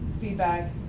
feedback